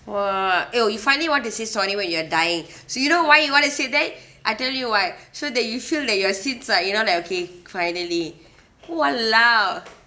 !wah! !aiyo! you finally want to say sorry when you are dying so you know why you want to say that I tell you why so that you feel like you are saints ah you know that okay finally !walao!